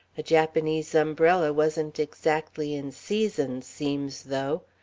a japanese umbrella wasn't exactly in season, seems though.